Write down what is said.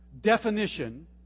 definition